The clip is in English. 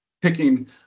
Picking